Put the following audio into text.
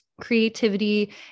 creativity